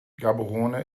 gaborone